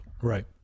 Right